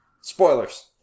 spoilers